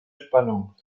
spannung